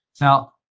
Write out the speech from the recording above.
Now